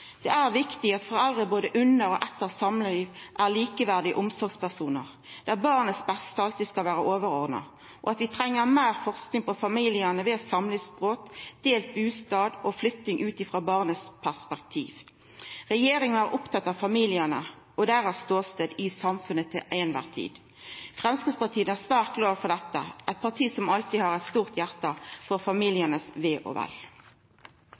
Det er viktig at foreldre er likeverdige omsorgspersonar både under samlivet og etter eit samlivsbrot, der barnets beste alltid skal vera overordna. Vi treng meir forsking ut frå barnets perspektiv på familiar ved samlivsbrot, delt bustad og flytting. Regjeringa er opptatt av familiane og deira ståstad i samfunnet til kvar tid. Framstegspartiet er svært glad for dette, eit parti som alltid har eit stort hjarte for familiens ve og vel.